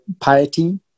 piety